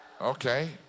Okay